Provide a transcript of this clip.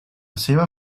seva